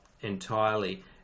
entirely